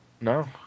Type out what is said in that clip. No